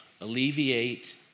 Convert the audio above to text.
alleviate